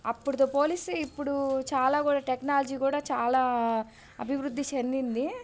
అప్పుడుతో పోలిస్తే ఇప్పుడు చాలా కూడా టెక్నాలజీ కూడా చాలా అభివృద్ధి చెందింది